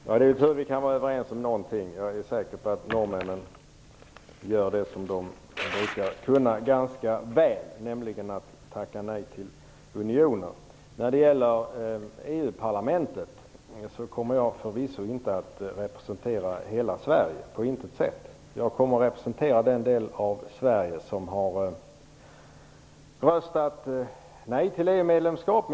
Herr talman! Det är tur att vi kan vara överens om någonting. Jag är säker på att norrmännen gör det som de brukar kunna ganska väl, nämligen att tacka nej till unionen. När det gäller EU-parlamentet kommer jag förvisso inte att representera hela Sverige. Jag kommer att representera den del av Sverige som har röstat nej till ett EU-medlemskap.